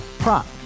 Prop